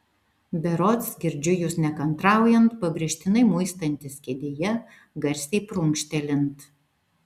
berods girdžiu jus nekantraujant pabrėžtinai muistantis kėdėje garsiai prunkštelint